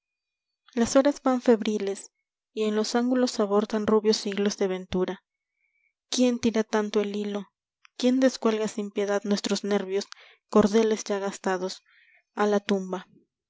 las horas van febriles y en los ángulos abortan rubios siglos de ventura quién tira tanto el hilo quién descuelga sin piedad nuestros nervios cordeles ya gastados a la tumba